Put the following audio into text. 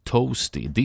Toasty